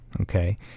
Okay